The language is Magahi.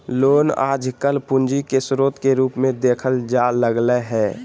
लोन आजकल पूंजी के स्रोत के रूप मे देखल जाय लगलय हें